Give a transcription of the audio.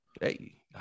Hey